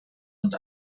und